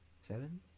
Seven